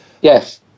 Yes